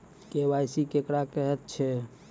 KYC केकरा कहैत छै?